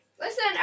Listen